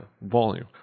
Volume